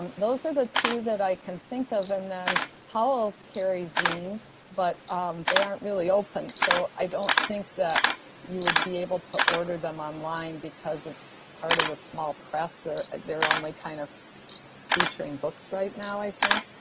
um those are the two that i can think of and then powell's carries zines. but they aren't really open. so i don't think that you would be able to order them online because it's part of the small press there. they're only kind of featuring books right now, i think,